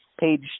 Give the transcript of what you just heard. Page